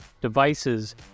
devices